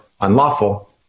unlawful